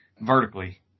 vertically